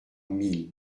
mille